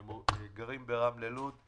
הם מתגוררים ברמלה לוד.